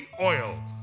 oil